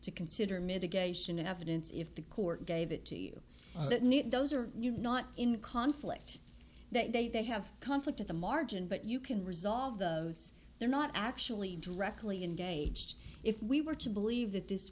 to consider mitigation evidence if the court gave it to you those are not in conflict that they have conflict at the margin but you can resolve those they're not actually directly engaged if we were to believe that this